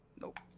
Nope